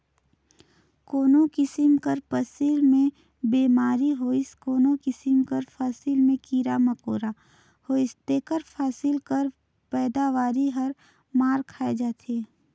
कोनो किसिम कर फसिल में बेमारी होइस कोनो किसिम कर फसिल में कीरा मकोरा होइस तेकर फसिल कर पएदावारी हर मार खाए जाथे